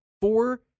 four